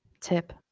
tip